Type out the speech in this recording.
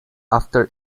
after